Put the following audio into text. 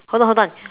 hold on hold on